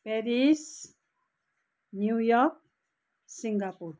Paris New York Singapore